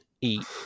eat